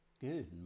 Good